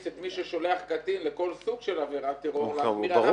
את מי ששולח קטין לכל סוג של עבירת טרור --- ברור,